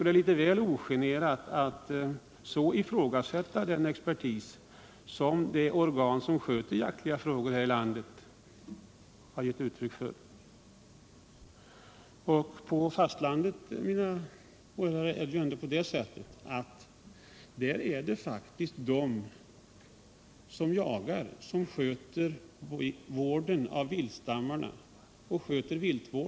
Det är litet väl ogenerat att så ifrågasätta den uppfattning som det organ som sköter jaktliga frågor här i landet gett uttryck för. På fastlandet är det faktiskt, ärade åhörare, de som jagar som sköter vården av viltstammarna.